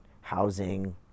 housing